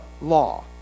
law